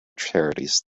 charities